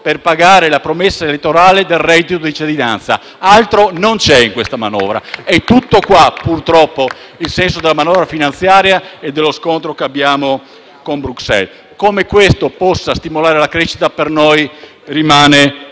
per pagare la promessa elettorale del reddito di cittadinanza. *(Applausi dal Gruppo FdI)*. Altro non c'è in questa manovra. È tutto qua, purtroppo, il senso della manovra finanziaria e dello scontro che abbiamo con Bruxelles. Come questo possa stimolare la crescita per noi rimane